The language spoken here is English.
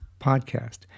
podcast